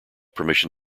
permission